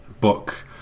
book